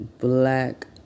black